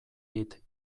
dit